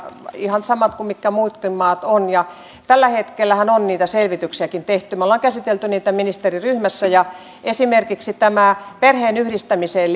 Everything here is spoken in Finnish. ihan samoja kuin mitä muissakin maissa on ja tällä hetkellähän on niitä selvityksiäkin tehty me olemme käsitelleet niitä ministeriryhmässä ja esimerkiksi tässä perheenyhdistämiseen